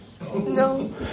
No